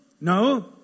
no